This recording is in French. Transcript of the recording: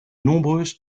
nombreuses